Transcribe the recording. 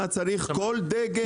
מה, צריך כל דגם?